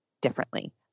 differently